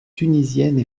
tunisiennes